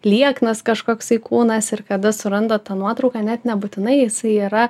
lieknas kažkoksai kūnas ir kada suranda tą nuotrauką net nebūtinai jisai yra